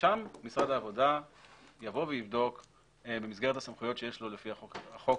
שם משרד העבודה יבוא ויבדוק במסגרת הסמכויות שיש לו לפי החוק